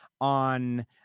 on